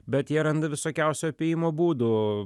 bet jie randa visokiausių apėjimo būdų